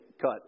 cut